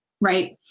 right